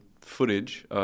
footage